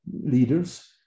leaders